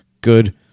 Good